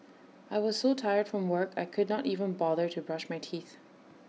I was so tired from work I could not even bother to brush my teeth